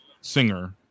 singer